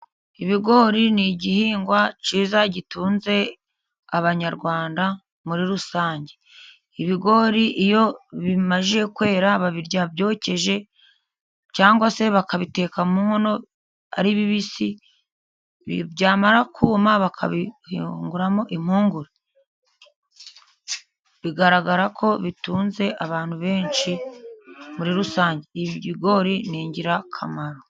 Ibigori ni igihingwa cyiza gitunze Abanyarwanda muri rusange, ibigori iyo bimaze kwera babirya byokeje cyangwa se bakabiteka mu nkono ari bibisi byamara kuma bakabihunguramo impungure. Bigaragara ko bitunze abantu benshi muri rusange, ibigori ni ingirakamaro.